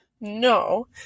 no